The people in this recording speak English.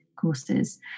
courses